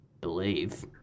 believe